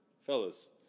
Fellas